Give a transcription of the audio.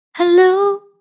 Hello